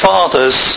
Fathers